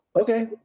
okay